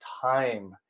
time